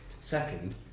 Second